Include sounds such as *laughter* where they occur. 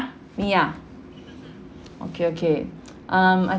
me ah okay okay *noise* um